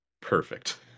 Perfect